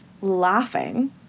laughing